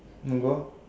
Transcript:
want go out